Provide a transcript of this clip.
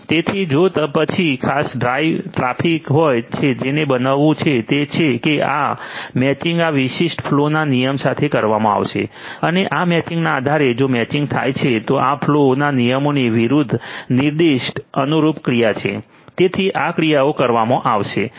તેથી જો પછી ખાસ ટ્રાફિક આવે છે તો જે બનવાનું છે તે છે કે આ મેચિંગ આ વિશિષ્ટ ફલૉ ના નિયમ સાથે કરવામાં આવશે અને આ મેચિંગના આધારે જો મેચિંગ થાય છે તો આ ફલૉ ના નિયમોની વિરુદ્ધ નિર્દિષ્ટ અનુરૂપ ક્રિયા છે તેથી આ ક્રિયાઓ કરવામાં આવશે